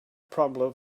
problem